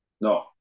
No